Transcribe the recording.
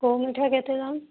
କେଉଁ ମିଠା କେତେ ଦାମ